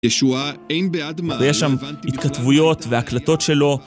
ישועה אין בעד מה, ויש שם התכתבויות והקלטות שלו.